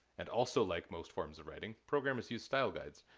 and also like most forms of writing programmers use style guides.